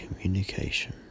communication